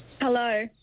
hello